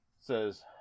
says